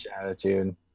attitude